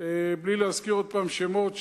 בלי להזכיר עוד הפעם שמות,